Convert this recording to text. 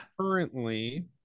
Currently